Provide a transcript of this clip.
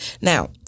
Now